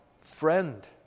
friend